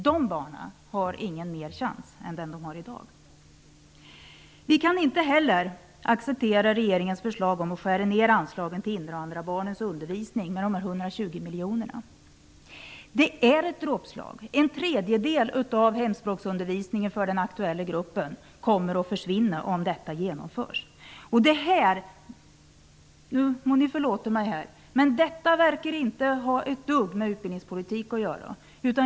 De barnen har ingen mer chans. Vi kan inte heller acceptera regeringens förslag om att skära ned anslagen till invandrarbarnens undervisning med 120 miljoner. Det är ett dråpslag. En tredjedel av hemspråksundervisningen för den aktuella gruppen kommer att försvinna om detta genomförs. Ni får förlåta mig, men detta verkar inte ha ett dugg med utbildningspolitik att göra.